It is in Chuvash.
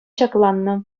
ҫакланнӑ